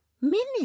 minute